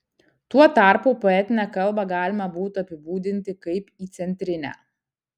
tuo tarpu poetinę kalbą galima būtų apibūdinti kaip įcentrinę